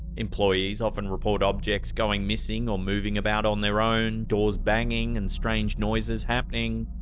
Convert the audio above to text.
employees often report objects going missing, or moving about on their own, doors banging and strange noises happening.